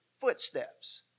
footsteps